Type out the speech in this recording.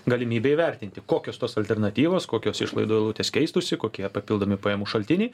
galimybę įvertinti kokios tos alternatyvos kokios išlaidų eilutės keistųsi kokie papildomi pajamų šaltiniai